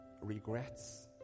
regrets